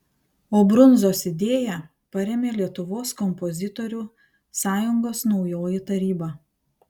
o brundzos idėją parėmė lietuvos kompozitorių sąjungos naujoji taryba